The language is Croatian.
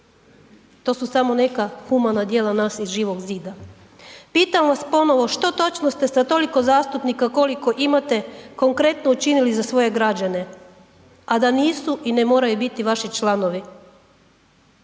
to su samo neka humana djela nas iz Živog zida. Pitam vas ponovo što točno ste sa toliko zastupnika koliko imate konkretno učinili za svoje građane, a da nisu i ne moraju biti vaši članovi?